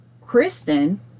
Kristen